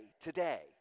today